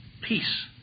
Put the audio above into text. peace